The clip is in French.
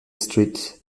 street